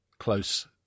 close